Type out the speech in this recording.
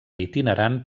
itinerant